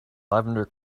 lavender